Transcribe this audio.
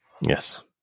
Yes